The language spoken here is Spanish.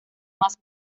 más